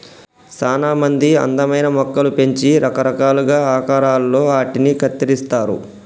సానా మంది అందమైన మొక్కలు పెంచి రకరకాలుగా ఆకారాలలో ఆటిని కత్తిరిస్తారు